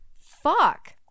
Fuck